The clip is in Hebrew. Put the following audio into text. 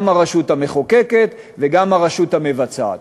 גם הרשות המחוקקת וגם הרשות המבצעת.